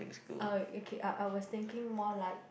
uh okay I I was thinking more like